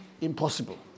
impossible